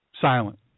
Silent